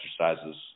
exercises